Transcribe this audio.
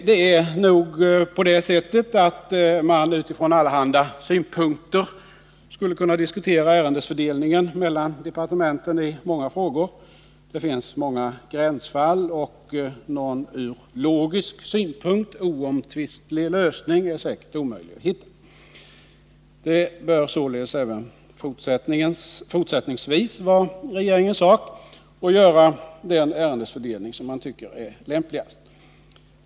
Det är nog på det sättet att man utifrån allehanda synpunkter skulle kunna diskutera ärendefördelningen mellan departementen i många frågor. Det finns många gränsfall, och någon ur logisk synpunkt oomtvistlig lösning är säkert omöjlig att hitta. Det bör således även fortsättningsvis vara regeringens sak att göra den ärendefördelning som man tycker är lämpligast.